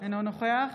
אינו נוכח